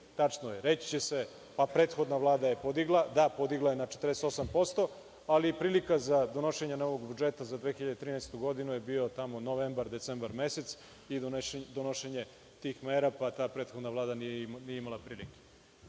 tačno je, reći će se, pa prethodna Vlada je podigla. Da, podigla je na 48%, ali i prilika za donošenje novog budžeta za 2013. godinu, bio je tamo novembar, decembar mesec, i donošenje tih mera, pa ta prethodna Vlada nije imala prilike. Sada